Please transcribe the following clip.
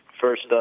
first